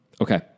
Okay